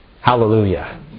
Hallelujah